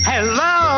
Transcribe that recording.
Hello